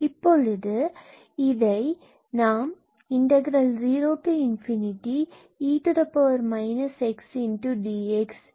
இப்போது 0x0 e x dx இவ்வாறாக எழுதிய பின்பு 0 e x dx இப்படியாக முடிவடைகிறது